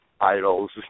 idols